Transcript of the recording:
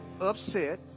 upset